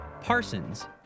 Parsons